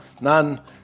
None